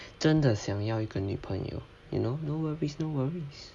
真的想要一个女朋友 you know no worries no worries